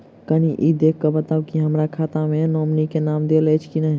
कनि ई देख कऽ बताऊ तऽ की हमरा खाता मे नॉमनी केँ नाम देल अछि की नहि?